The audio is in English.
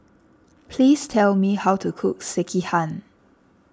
please tell me how to cook Sekihan